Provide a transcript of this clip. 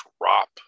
drop